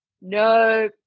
No